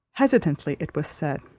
hesitatingly it was said